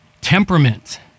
temperament